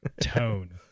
tone